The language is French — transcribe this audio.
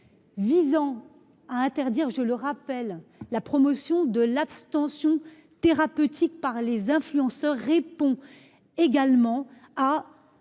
Visant à interdire, je le rappelle, la promotion de l'abstention thérapeutique par les influenceurs répond également à